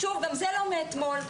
גם זה לא מאתמול.